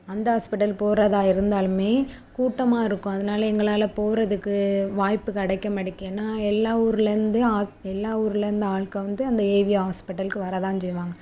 அந்த ஹாஸ்பிட்டல் போகிறதா இருந்தாலுமே கூட்டமாக இருக்கும் அதனால எங்களால் போவதுக்கு வாய்ப்பு கிடைக்க மாட்டேக்கி ஏன்னால் எல்லா ஊரிலேருந்து எல்லா ஊரிலேருந்து ஆட்கள் வந்து அந்த ஏவி ஹாஸ்பிட்டலுக்கு வர தான் செய்வாங்க